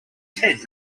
tent